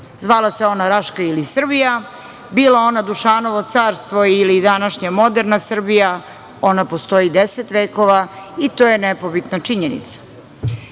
Zvala se ona Raška ili Srbija, bila ona Dušanovo carstvo ili današnja moderna Srbija ona postoji 10 vekova i to je nepobitna činjenica. Kultura